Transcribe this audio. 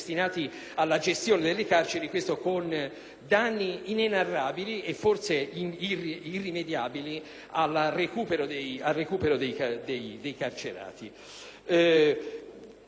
danni inenarrabili e forse irrimediabili al recupero dei carcerati. La manovra fiscale e finanziaria aveva promesso